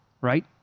right